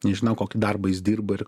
nežinau kokį darbą jis dirba ir